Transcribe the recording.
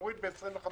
נוריד ב-25%.